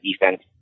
defense